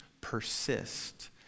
persist